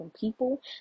people